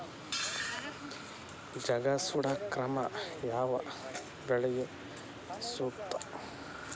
ಜಗಾ ಸುಡು ಕ್ರಮ ಯಾವ ಬೆಳಿಗೆ ಸೂಕ್ತ?